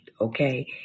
okay